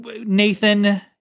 Nathan